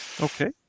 okay